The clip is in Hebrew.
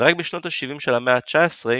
ורק בשנות השבעים של המאה ה-19,